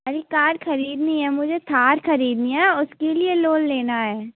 अरे कार ख़रीदनी है मुझे थार ख़रीदनी है उसके लिए लोल लेना है